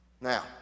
Now